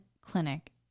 Clinic